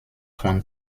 von